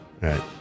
right